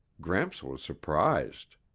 gramps was surprised.